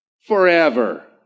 forever